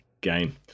game